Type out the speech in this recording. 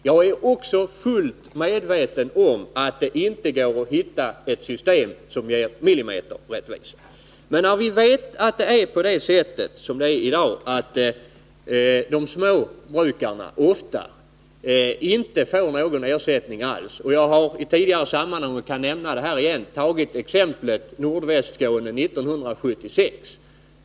Jag är också fullt medveten om att det inte går att hitta något system som ger millimeterrättvisa. Men vi vet att det i dag ofta är så att småbrukarna inte får någon ersättning alls. Jag har i tidigare sammanhang tagit upp exemplet med Nordvästskåne 1976, och jag kan nämna det här igen.